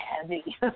heavy